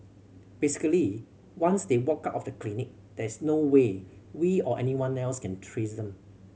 basically once they walk out of the clinic there is no way we or anyone else can trace them